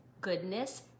goodness